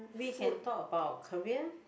we can talk about career